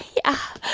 yeah.